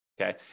Okay